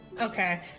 Okay